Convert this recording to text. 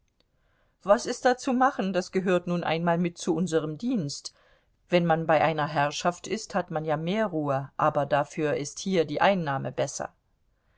was ist zu machen das gehört nun einmal mit zu unserm dienst wenn man bei einer herrschaft ist hat man ja mehr ruhe aber dafür ist hier die einnahme besser